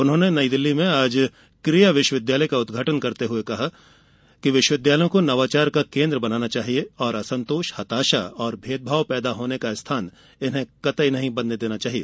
उन्होंने नई दिल्ली में आज क्रिया विश्वविद्यालय का उदघाटन करते हुए उन्होंने कहा कि विश्वविद्यालयों को नवाचार का केन्द्र बनना चाहिए और असंतोष हताशा और भेदभाव पैदा होने का स्थान इन्हें कतई नहीं बनने देना चाहिए